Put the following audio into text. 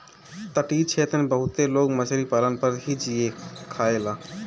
तटीय क्षेत्र में बहुते लोग मछरी पालन पर ही जिए खायेला